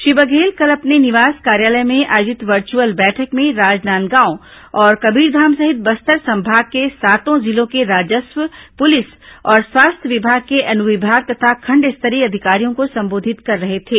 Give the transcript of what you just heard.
श्री बघेल कल अपने निवास कार्यालय में आयोजित वर्चुअल बैठक में राजनांदगांव और कबीरधाम सहित बस्तर संभाग के सातों जिलों के राजस्व पुलिस और स्वास्थ्य विभाग के अनुविभाग तथा खंड स्तरीय अधिकारियों को संबोधित कर रहे थे